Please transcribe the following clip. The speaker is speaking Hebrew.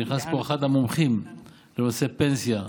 ונכנס פה אחד המומחים בנושא פנסיה,